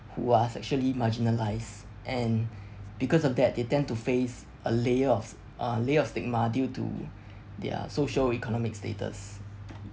who are sexually marginalised and because of that they tend to face a layer of uh layer of stigma due to their socioeconomic status